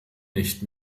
nicht